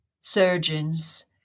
surgeons